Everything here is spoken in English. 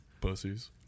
Pussies